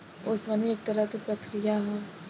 ओसवनी एक तरह के प्रक्रिया ह